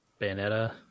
Bayonetta